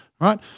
right